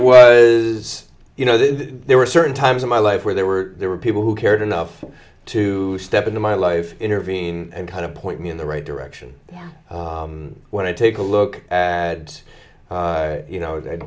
was you know that there were certain times in my life where there were there were people who cared enough to step into my life intervene and kind of point me in the right direction when i take a look at you know